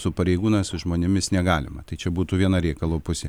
su pareigūnais su žmonėmis negalima tai čia būtų viena riekalo pusė